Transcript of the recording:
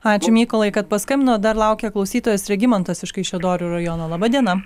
ačiū mykolai kad paskambinot dar laukia klausytojas regimantas iš kaišiadorių rajono laba diena